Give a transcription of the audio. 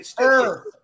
Earth